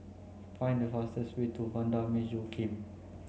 find the fastest way to Vanda Miss Joaquim